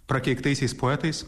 prakeiktaisiais poetais